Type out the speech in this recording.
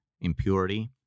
impurity